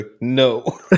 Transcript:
no